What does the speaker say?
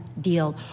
deal